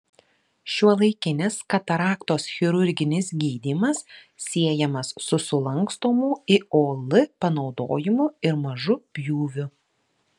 šiuolaikinis kataraktos chirurginis gydymas siejamas su sulankstomų iol panaudojimu ir mažu pjūviu